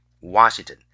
Washington